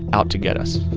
out to get us